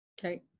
Okay